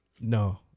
No